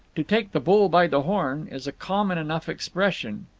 to take the bull by the horn, is a common enough expression,